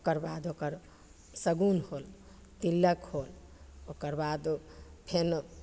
ओकर बाद ओकर सगुन होल तिलक होल ओकर बाद फेर